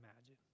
imagine